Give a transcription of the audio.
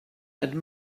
and